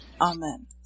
Amen